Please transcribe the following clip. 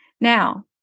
Now